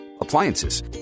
appliances